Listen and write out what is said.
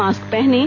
mask पहनें